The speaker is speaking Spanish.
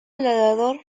ladrador